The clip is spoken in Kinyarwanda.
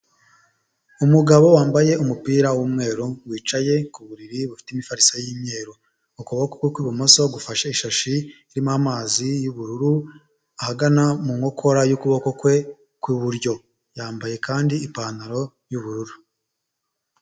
Umugabo wambaye umupira w'umweru, wicaye ku buriri bufite imifariso y'imweru. Ukuboko kwe kw'ibumoso gufashe ishashi irimo amazi y'ubururu, ahagana mu nkokora y'ukuboko kwe kw'iburyo. Yambaye kandi ipantaro y'ubururu.